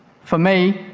for me,